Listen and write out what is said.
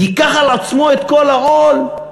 ייקח על עצמו את כל העול?